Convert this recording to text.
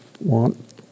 want